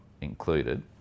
included